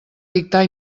dictar